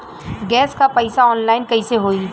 Gas क पैसा online कइसे होई?